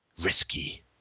risky